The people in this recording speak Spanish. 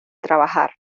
trabajar